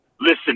listen